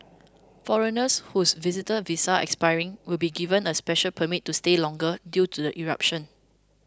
foreigners whose visitor visas are expiring will be given a special permit to stay longer due to the eruption